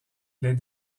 les